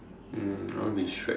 um I want to be Shrek